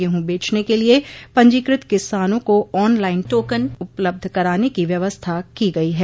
गेहूँ बेचने के लिये पंजीकृत किसानों को ऑन लाइन टोकन उपलब्ध कराने की व्यवस्था की गई है